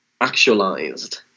actualized